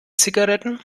zigaretten